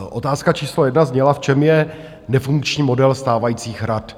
Otázka číslo jedna zněla, v čem je nefunkční model stávajících rad.